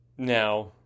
Now